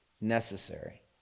necessary